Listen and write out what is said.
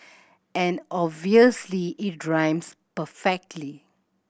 and obviously it rhymes perfectly